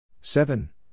seven